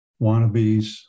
wannabes